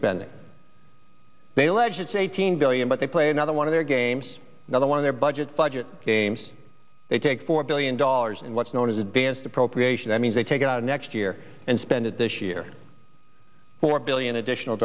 eighteen billion but they play another one of their games another one of their budget fudge it games they take four billion dollars in what's known as advanced appropriation that means they take it out next year and spend it this year four billion additional